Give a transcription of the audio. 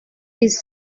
ist